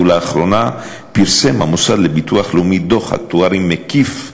ולאחרונה פרסם המוסד לביטוח לאומי דוח אקטוארי מקיף,